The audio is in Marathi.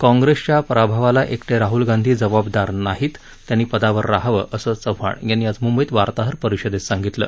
काँप्रेसच्या पराभवाला एकटे राहुल गांधी जबाबदार नाहीत त्यांनी पदावर रहावं असं चव्हाण यांनी आज मुंबईत वार्ताहर परिषदेत सांगितलं